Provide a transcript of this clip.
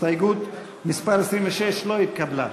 הסתייגות מס' 26 לא התקבלה.